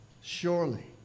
surely